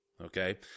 Okay